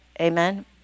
Amen